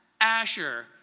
Asher